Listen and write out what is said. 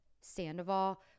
Sandoval